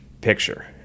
picture